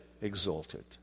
exalted